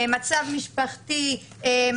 מצב משפחתי,